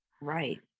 Right